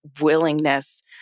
willingness